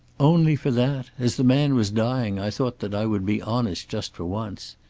only for that! as the man was dying i thought that i would be honest just for once.